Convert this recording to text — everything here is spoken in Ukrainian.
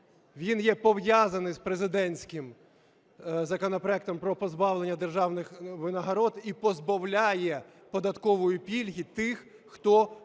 Він є пов'язаний з президентським законопроектом про позбавлення державних винагород і позбавляє податкової пільги тих, хто